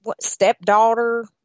stepdaughter